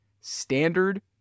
standard